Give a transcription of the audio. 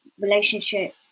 relationship